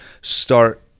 start